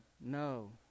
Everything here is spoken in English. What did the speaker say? no